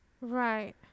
Right